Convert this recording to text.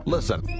Listen